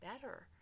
better